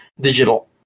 digital